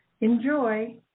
Enjoy